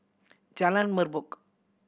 Jalan Merbok